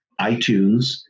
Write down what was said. iTunes